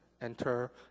enter